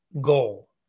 goal